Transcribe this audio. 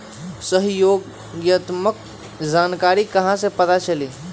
सहयोगात्मक जानकारी कहा से पता चली?